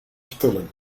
spullen